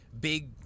big